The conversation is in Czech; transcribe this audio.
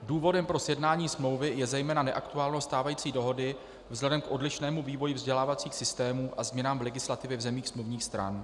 Důvodem pro sjednání smlouvy je zejména neaktuálnost stávající dohody vzhledem k odlišnému vývoji vzdělávacích systémů a změnám v legislativě v zemích smluvních stran.